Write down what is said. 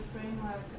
framework